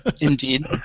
Indeed